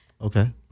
Okay